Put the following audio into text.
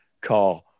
car